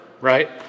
right